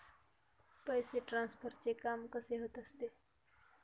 पैसे ट्रान्सफरचे काम कसे होत असते?